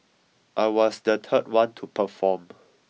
I was the third one to perform